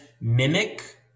mimic